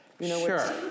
Sure